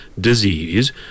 disease